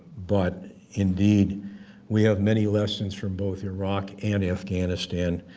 but indeed we have many lessons from both iraq and afghanistan,